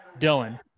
Dylan